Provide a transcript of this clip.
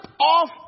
off